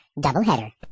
Doubleheader